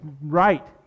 right